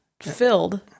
filled